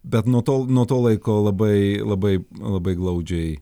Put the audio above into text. bet nuo tol nuo to laiko labai labai labai glaudžiai